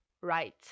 right